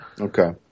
Okay